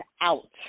out